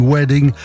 Wedding